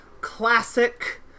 classic